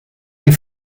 die